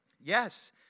Yes